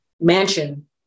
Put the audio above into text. mansion